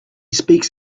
speaks